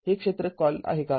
हे क्षेत्र कॉल आहे का